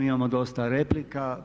Imamo dosta replika.